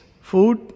food